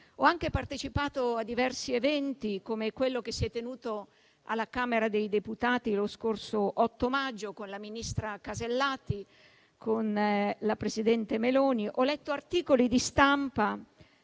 Ho anche partecipato a diversi eventi come quello che si è tenuto alla Camera dei deputati lo scorso 8 maggio con la ministra Casellati e la presidente Meloni. Ho letto articoli di stampa